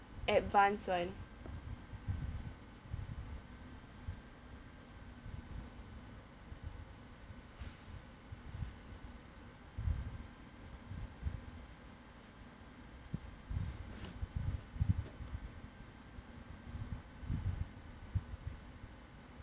advanced [one]